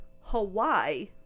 Hawaii